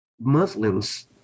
Muslims